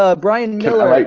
ah brian miller, like